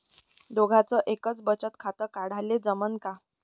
दोघाच एकच बचत खातं काढाले जमनं का?